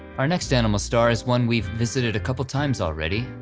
our next animal star is one we've visited a couple times already,